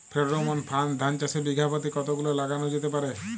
Pheromone ফাঁদ ধান চাষে বিঘা পতি কতগুলো লাগানো যেতে পারে?